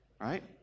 right